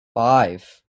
five